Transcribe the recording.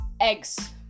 eggs